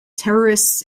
terrorists